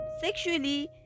sexually